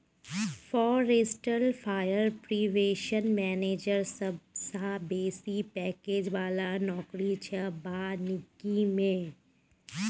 forest fire prevention manager सबसँ बेसी package बला नौकरी छै बानिकी मे